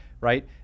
right